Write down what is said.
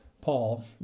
Paul